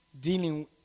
dealing